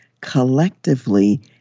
collectively